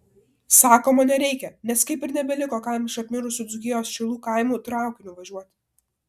sakoma nereikia nes kaip ir nebeliko kam iš apmirusių dzūkijos šilų kaimų traukiniu važiuoti